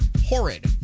horrid